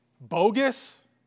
bogus